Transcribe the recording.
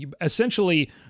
essentially